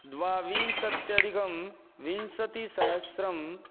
द्वाविंशत्यधिकं विंशतिसहस्रम्